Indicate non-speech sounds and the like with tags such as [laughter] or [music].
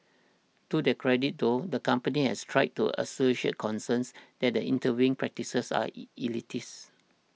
to their credit though the company has tried to assuage concerns that their interviewing practices are [unintelligible] elitist